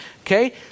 Okay